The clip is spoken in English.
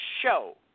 show